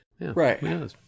Right